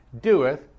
doeth